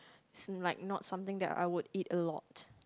as in like not something that I would eat a lot